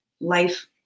life